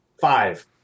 Five